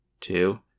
two